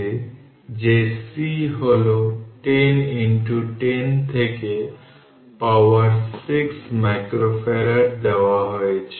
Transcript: সুতরাং এটির জন্য এটি অর্ধেক C1 v1 2 যেটা পাওয়ার 6 100 2 কারণ v1 এর ভ্যালু 100 দেওয়া আছে